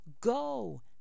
Go